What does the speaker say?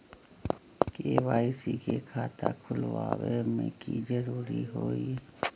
KYC के खाता खुलवा में की जरूरी होई?